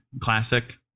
classic